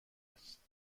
هست